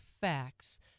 facts